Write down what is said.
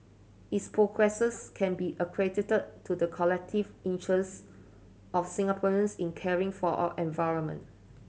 its progresses can be a credited to the collective interest of Singaporeans in caring for our environment